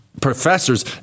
professors